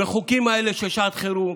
בחוקים האלה של שעת חירום.